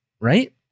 right